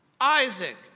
Isaac